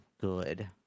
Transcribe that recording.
good